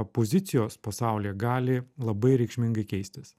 pozicijos pasaulyje gali labai reikšmingai keistis